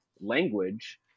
language